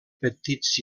petits